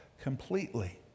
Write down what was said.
completely